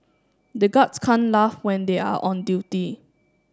the guards can't laugh when they are on duty